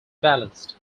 balanced